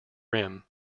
rim